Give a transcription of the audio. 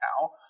now